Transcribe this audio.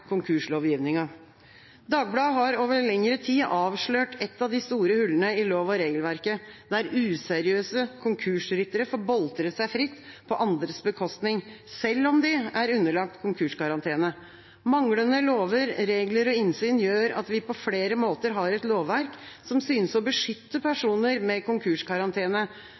Dagbladet har over lengre tid avslørt ett av de store hullene i lov- og regelverket, der useriøse konkursryttere får boltre seg fritt på andres bekostning, selv om de er underlagt konkurskarantene. Manglende lover, regler og innsyn gjør at vi på flere måter har et lovverk som synes å beskytte personer med konkurskarantene